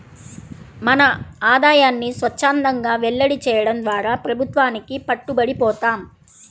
మన ఆదాయాన్ని స్వఛ్చందంగా వెల్లడి చేయడం ద్వారా ప్రభుత్వానికి పట్టుబడి పోతాం